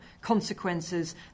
consequences